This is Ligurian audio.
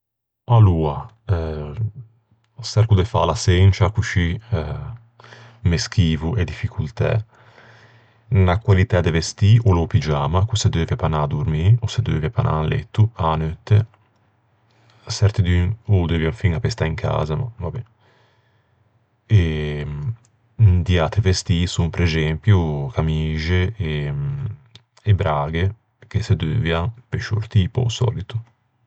Aloa, çerco de fâla sencia, coscì me schivo e diffocoltæ. Unna qualitæ o l'é o pigiama, ch'o se deuvia pe anâ à dormî, o se deuvia pe anâ in letto a-a neutte. Çertidun ô deuvian fiña pe stâ in casa, ma va ben. Di atri vestî son prexempio camixe e e braghe, che se deuvian pe sciortî, pe-o sòlito.